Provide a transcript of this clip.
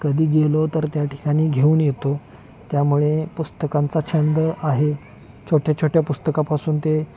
कधी गेलो तर त्या ठिकाणी घेऊन येतो त्यामुळे पुस्तकांचा छंद आहे छोट्या छोट्या पुस्तकापासून ते